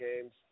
games